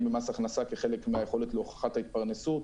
במס הכנסה כחלק מהיכולת להוכחת ההתפרנסות,